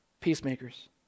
peacemakers